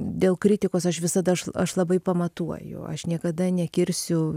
dėl kritikos aš visada aš aš labai pamatuoju aš niekada nekirsiu